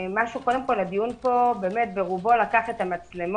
קודם כול, הדיון פה לקחת את המצלמות,